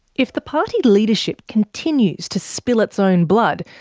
if the party leadership continues to spill its own blood,